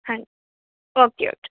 ਹਾਂਜੀ okay okay